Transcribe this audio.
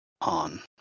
on